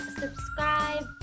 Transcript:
subscribe